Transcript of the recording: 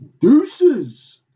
Deuces